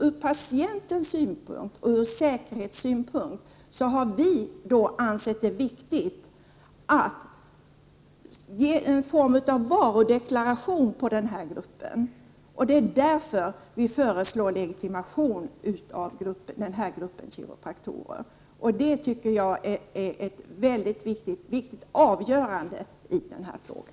Från patientens synpunkt och från säkerhetssynpunkt har nH vi för vår del ansett det viktigt att ge en form av varudeklaration när det gäller den här gruppen. Därför föreslår vi legitimation av dessa kiropraktorer. Detta tycker jag är avgörande i denna fråga.